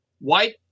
White